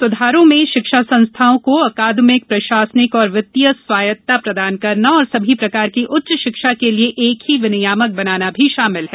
सुधारों में शिक्षा संस्थाओं को अकादमिक प्रशासनिक और वित्तीय स्वायत्तता प्रदान करना और सभी प्रकार की उच्च शिक्षा के लिए एक ही विनियामक बनाना भी शामिल है